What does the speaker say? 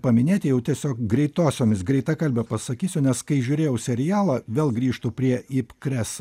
paminėti jau tiesiog greitosiomis greitakalbe pasakysiu nes kai žiūrėjau serialą vėl grįžtu prie ipkres